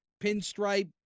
Pinstripe